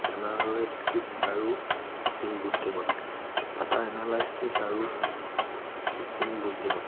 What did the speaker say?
analytics আৰু কৃত্ৰিম বুদ্ধিমত্তা ডাটা এনাালাইষ্টিক আৰু কৃত্ৰিম বুদ্ধিমত্তা